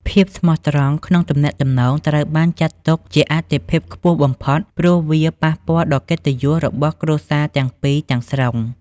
ភាពស្មោះត្រង់ក្នុងទំនាក់ទំនងត្រូវបានចាត់ទុកជាអាទិភាពខ្ពស់បំផុត ព្រោះវាប៉ះពាល់ដល់កិត្តិយសរបស់គ្រួសារទាំងពីរទាំងស្រុង។